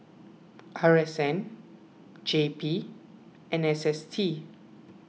R S N J P and S S T